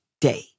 day